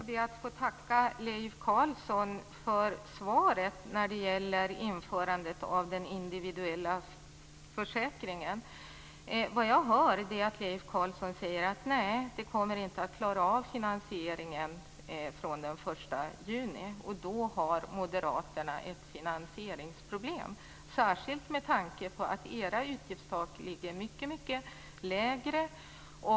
Herr talman! Först skall jag be att få tacka Leif Carlson för svaret när det gäller införandet av den individuella försäkringen. Vad jag hör är att Leif Carlson säger att ni inte kommer att klara finansieringen från den 1 juni. Då har ni moderater ett finansieringsproblem, särskilt med tanke på att era utgiftstak ligger mycket lägre.